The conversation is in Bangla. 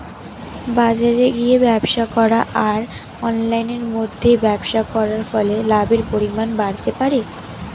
বাজারে গিয়ে ব্যবসা করা আর অনলাইনের মধ্যে ব্যবসা করার ফলে লাভের পরিমাণ বাড়তে পারে?